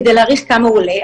כדי להעריך כמה הוא עולה.